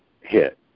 hit